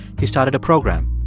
he started a program.